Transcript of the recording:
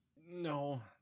No